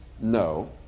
No